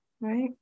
Right